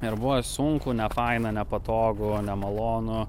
ir buvo sunku nefaina nepatogu nemalonu